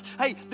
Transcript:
Hey